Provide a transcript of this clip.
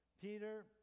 Peter